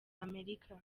amerika